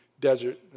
desert